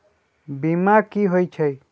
बीमा कि होई छई?